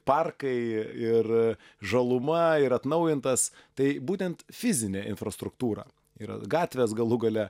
parkai ir žaluma ir atnaujintas tai būtent fizinė infrastruktūra yra gatvės galų gale